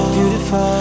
Beautiful